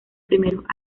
primeros